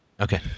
Okay